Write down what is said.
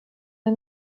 der